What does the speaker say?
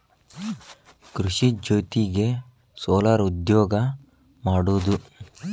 ಕೃಷಿ ಜೊತಿಗೆ ಸೊಲಾರ್ ಉದ್ಯೋಗಾ ಮಾಡುದು